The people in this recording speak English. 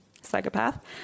Psychopath